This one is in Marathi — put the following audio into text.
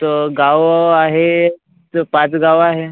तर गाव आहे त पाच गाव आहे